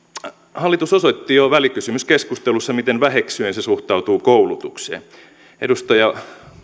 hallitus osoitti jo välikysymyskeskustelussa miten väheksyen se suhtautuu koulutukseen edustaja